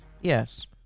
Yes